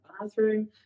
bathroom